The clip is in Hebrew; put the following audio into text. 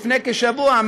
מלפני כשבוע,